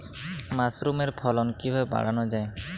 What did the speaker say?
মাসরুমের ফলন কিভাবে বাড়ানো যায়?